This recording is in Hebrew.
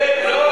זה לא הוא.